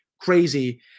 crazy